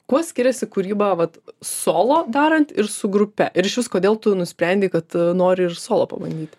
kuo skiriasi kūryba vat solo darant ir su grupe ir išvis kodėl tu nusprendei kad nori ir solo pabandyti